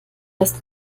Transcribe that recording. ist